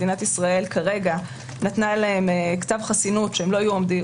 מדינת ישראל כרגע נתנה להם כתב חסינות שהם לא יועמדו